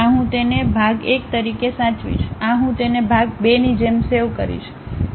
આ હું તેને ભાગ 1 તરીકે સાચવીશ આ હું તેને ભાગ 2 ની જેમ સેવ કરી શ